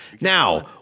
Now